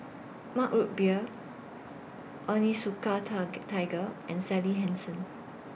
Mug Root Beer Onitsuka Tiger and Sally Hansen